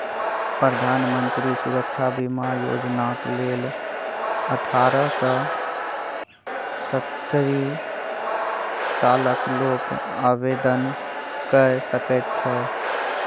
प्रधानमंत्री सुरक्षा बीमा योजनाक लेल अठारह सँ सत्तरि सालक लोक आवेदन कए सकैत छै